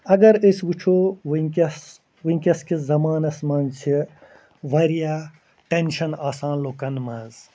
اَگر أسی وٕچھو وٕنۍکیس وٕنۍکیس کِس زمانَس منٛز چھِ واریاہ ٹینشَن آسان لُکَن منٛز